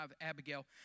Abigail